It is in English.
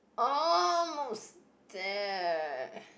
almost there